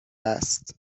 است